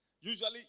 usually